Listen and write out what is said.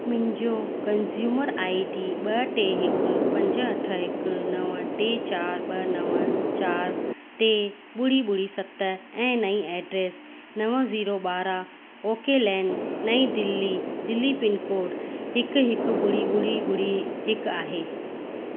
मुंहिंजो consumer I D ॿ टे हिकु पंज अठ हिकु नव टे चार ॿ नव चार टे ॿुड़ी ॿुड़ी सत ऐं नईं एड्रेस नव ज़ीरो ॿारहां ओके लैन नईं दिल्ली दिल्ली पिनकोड हिकु हिकु ॿुड़ी ॿुड़ी ॿुड़ी हिकु आहे